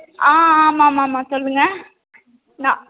ஆ ஆமாம் ஆமாம் ஆமாம் சொல்லுங்கள் நான்